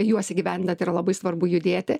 juos įgyvendinant yra labai svarbu judėti